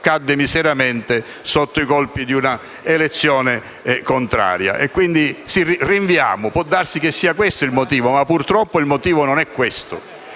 cadde miseramente sotto i colpi di un'elezione contraria; quindi rinviamo: può darsi che sia questo il motivo. Purtroppo, però, il motivo non è questo;